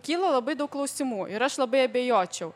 kyla labai daug klausimų ir aš labai abejočiau